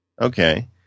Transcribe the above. Okay